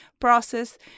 process